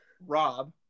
Rob